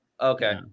Okay